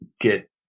get